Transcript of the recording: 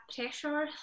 pressure